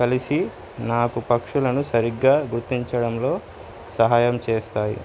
కలిసి నాకు పక్షులను సరిగ్గా గుర్తించడంలో సహాయం చేస్తాయి